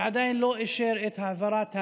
והוא עדיין לא אישר את העברת המידע.